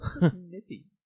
Nippy